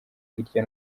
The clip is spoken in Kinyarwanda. hirya